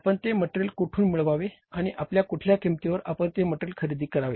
आपण ते मटेरियल कोठून मिळवावे आणि आपण कुठल्या किंमतीवर आपण ते मटेरीअल खरेदी करावे